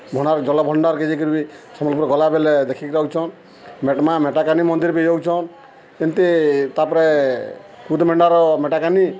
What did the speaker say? ଭଣ୍ଡାର୍ ଜଳ ଭଣ୍ଡାର୍କେ ଯାଇକରି ବି ସମ୍ବଲପୁର୍ ଗଲାବେଲେ ଦେଖିକି ଯାଉଚନ୍ ମା' ମେଟାକାନି ମନ୍ଦିର୍ ବି ଯାଉଚନ୍ ଏମତି ତା'ପରେ କୁଦ୍ ମେଣ୍ଡାର ମେଟାକାନି